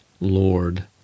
Lord